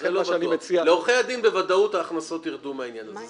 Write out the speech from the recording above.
לכן מה שאני מציע --- לעורכי הדין בוודאות ההכנסות ירדו מהעניין הזה,